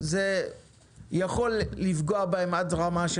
אז האומדן של היעלמות השוק המרכזי הזה